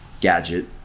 gadget